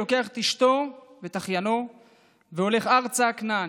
לוקח את אשתו ואת אחיינו והולך ארצה כנען.